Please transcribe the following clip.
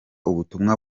ubutumwa